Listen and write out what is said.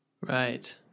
Right